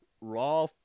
raw